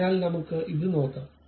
അതിനാൽ നമുക്ക് ഇത് നോക്കാം